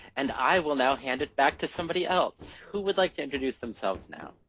and i will now hand it back to somebody else. who would like to introduce themselves now?